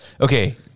Okay